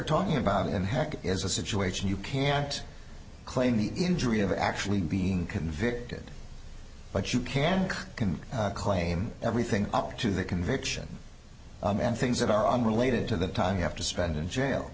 talking about in heck is a situation you can't claim the injury of actually being convicted but you can can claim everything up to the conviction and things that are unrelated to the time you have to spend in jail